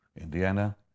Indiana